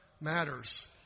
matters